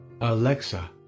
Alexa